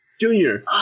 Junior